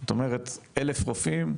זאת אומרת 1000 רופאים,